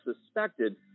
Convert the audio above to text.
suspected